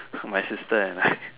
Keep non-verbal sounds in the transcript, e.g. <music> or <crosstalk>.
for my sister and I <laughs>